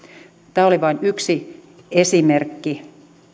tämä oli vain yksi esimerkki